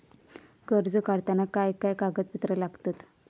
कर्ज काढताना काय काय कागदपत्रा लागतत?